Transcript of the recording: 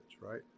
right